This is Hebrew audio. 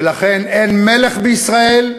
ולכן, אין מלך בישראל,